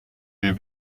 les